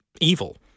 evil